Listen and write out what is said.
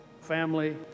family